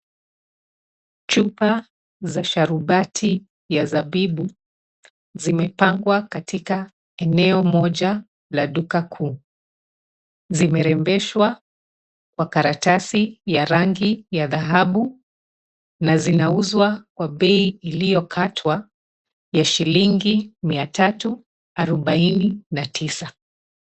Chupa za sharubati ya zabibu zimepangwa katika eneo moja la duka kuu. Zimerembeshwa kwa karatasi kwa karatasi ya rangi ya dhahabu na zinauzwa kwa bei iliyokatwa ya shilingi 349.